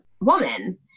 woman